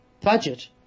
budget